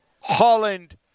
Holland